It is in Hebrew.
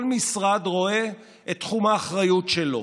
כל משרד רואה את תחום האחריות שלו.